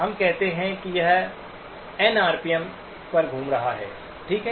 हम कहते हैं कि यह एन आरपीएम पर घूम रहा है ठीक है